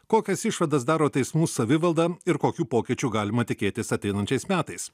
kokias išvadas daro teismų savivalda ir kokių pokyčių galima tikėtis ateinančiais metais